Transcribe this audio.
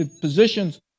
positions